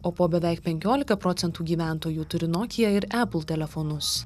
o po beveik penkiolika procentų gyventojų turi nokia ir apple telefonus